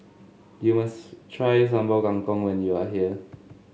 you must try Sambal Kangkong when you are here